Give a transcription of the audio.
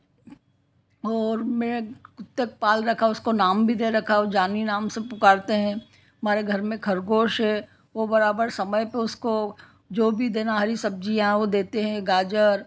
और मैं उत्तरक पाल रखा हूँ उसको नाम भी दे रखा हूँ जानी नाम से पुकारते हैं हमारे घर में खरगोश है वह बराबर समय पर उसको जो भी देना हरी सब्जियाँ वे देते हैं गाजर